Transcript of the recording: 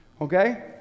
Okay